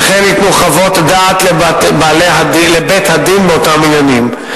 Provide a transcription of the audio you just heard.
וכן ייתנו חוות דעת לבית-הדין באותם עניינים.